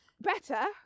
Better